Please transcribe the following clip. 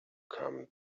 come